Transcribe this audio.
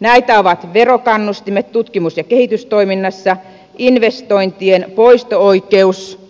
näitä ovat verokannustimet tutkimus ja kehitystoiminnassa investointien poisto oikeus